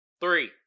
Three